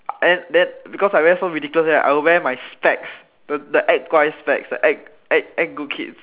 then then because I wear so ridiculous right I will wear my specs the act 乖 specs the act act act good kid